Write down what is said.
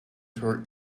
her